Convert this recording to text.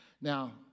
Now